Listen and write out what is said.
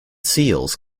seals